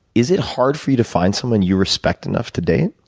is it hard for you to find someone you respect enough to date?